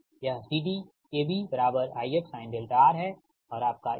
यह CD AB IX sinδR है और आपका EA